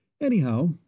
Anyhow